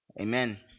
amen